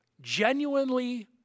genuinely